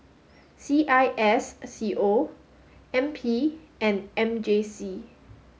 C I S C O N P and M J C